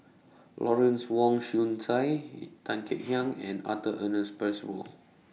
Lawrence Wong Shyun Tsai Tan Kek Hiang and Arthur Ernest Percival